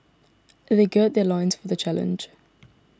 they gird their loins for the challenge